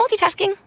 multitasking